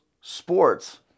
sports